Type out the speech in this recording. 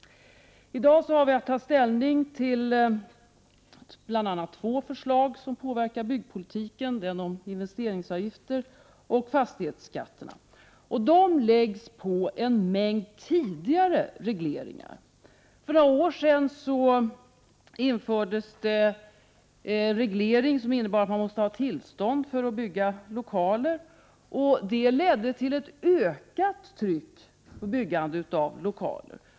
I dag har vi att ta ställning till bl.a. två förslag som påverkar byggpolitiken. Det gäller dels förslaget om investeringsavgifter, dels förslaget om fastighetsskatterna. Dessa regleringar skall alltså läggas till en mängd tidigare regleringar. För några år sedan infördes en reglering, innebärande att man måste ha tillstånd för att få bygga lokaler. Detta ledde till ett ökat tryck när det gäller byggandet av lokaler.